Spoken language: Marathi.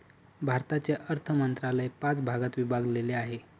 भारताचे अर्थ मंत्रालय पाच भागात विभागलेले आहे